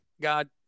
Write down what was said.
God